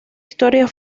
historia